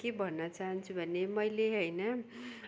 के भन्न चाहन्छु भने मैले होइन